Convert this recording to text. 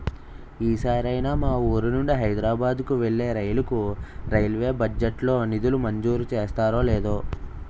ఈ సారైనా మా వూరు నుండి హైదరబాద్ కు వెళ్ళే రైలుకు రైల్వే బడ్జెట్ లో నిధులు మంజూరు చేస్తారో లేదో